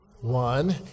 one